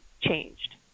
changed